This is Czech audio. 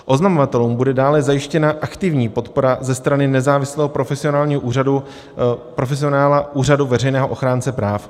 Oznamovatelům bude dále zajištěna aktivní podpora ze strany nezávislého profesionálního úřadu, profesionála, úřadu veřejného ochránce práv.